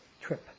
trip